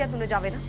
um and jhanvi.